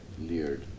leered